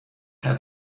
had